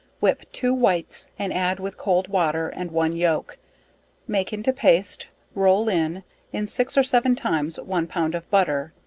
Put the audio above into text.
whip two whites and add with cold water and one yolk make into paste, roll in in six or seven times one pound of butter,